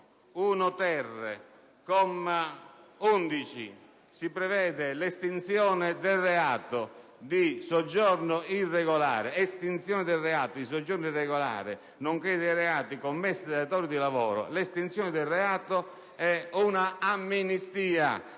comma 11, si prevede l'estinzione del reato di soggiorno irregolare nonché dei reati commessi dai datori di lavoro. In realtà, l'estinzione del reato è un'amnistia: